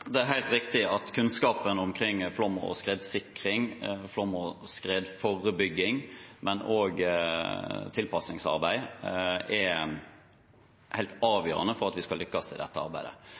Det er helt riktig at kunnskapen omkring flom- og skredsikring, flom- og skredforebygging, men også tilpasningsarbeid, er helt avgjørende for at vi skal lykkes i dette arbeidet.